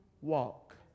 walk